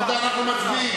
רבותי, אנחנו מצביעים.